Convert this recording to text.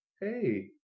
hey